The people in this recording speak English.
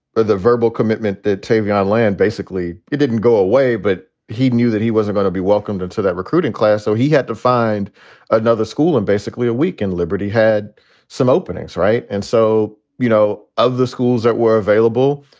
ah the verbal commitment that tavian on land, basically it didn't go away, but he knew that he wasn't going to be welcomed into that recruiting class. so he had to find another school and basically a week in liberty had some openings. right. and so, you know, of the schools that were available,